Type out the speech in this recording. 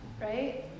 Right